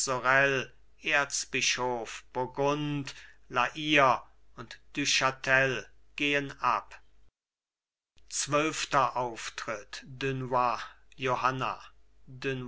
erzbischof burgund la hire und du chatel gehen ab zwölfter auftritt dunois johanna